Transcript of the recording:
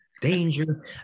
danger